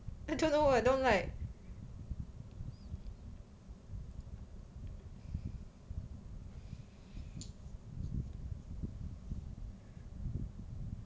I don't know I don't like